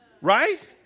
Right